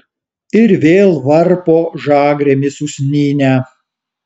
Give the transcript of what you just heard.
ir vėl varpo žagrėmis usnynę